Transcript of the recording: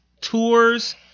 tours